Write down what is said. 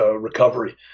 recovery